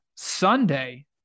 Sunday